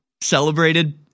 celebrated